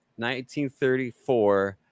1934